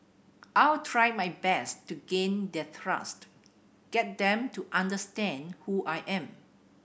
I'll try my best to gain their trust get them to understand who I am